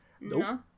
No